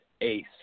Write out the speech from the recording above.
ace